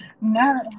No